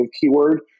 keyword